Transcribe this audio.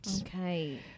Okay